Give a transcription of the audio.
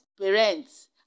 parents